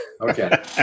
Okay